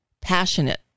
passionate